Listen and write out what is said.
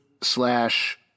slash